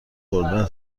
خورده